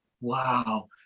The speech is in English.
wow